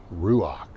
ruach